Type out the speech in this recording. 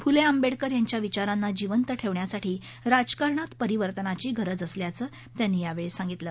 फुले आंबेडकर यांच्या विचारांना जीवंत ठेवण्यासाठी राजकारणातपरिवर्तनाची गरज असल्याचं त्यांनी यावेळी सांगितलं